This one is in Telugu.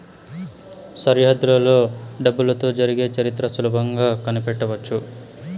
సరిహద్దులలో డబ్బులతో జరిగే చరిత్ర సులభంగా కనిపెట్టవచ్చు